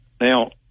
Now